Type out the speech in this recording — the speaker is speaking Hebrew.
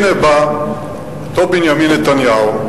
הנה בא אותו בנימין נתניהו,